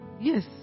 Yes